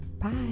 Bye